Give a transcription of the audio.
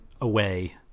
away